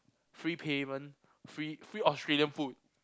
free payment free free Australian food